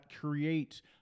create